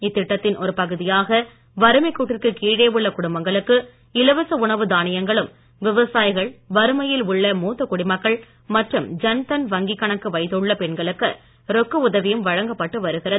இத்திட்டத்தின் ஒரு பகுதியாக வறுமைக் கோட்டிற்கு கீழே உள்ள குடும்பங்களுக்கு இலவச உணவு தானியங்களும் விவசாயிகள் வறுமையில் உள்ள மூத்த குடிமக்கள் மற்றும் ஜன்தன் வங்கிக் கணக்கு வைத்துள்ள பெண்களுக்கு ரொக்க உதவியும் வழங்கப்பட்டு வருகிறது